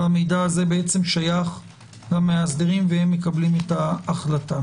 המידע הזה שייך למאסדרים והם מקבלים את ההחלטה.